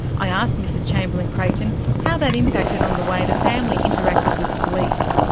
i asked mrs chamberlain-creighton how that impacted on the way the family interacted with police.